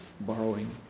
borrowing